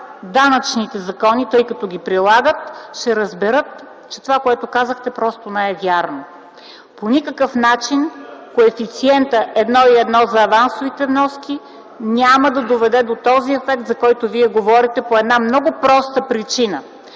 данъчните закони, тъй като ги прилагат, ще разберат, че това, което казахте, просто не е вярно. По никакъв начин коефициентът 1,1 за авансовите вноски няма да доведе до този ефект, за който Вие говорите, по една много проста причина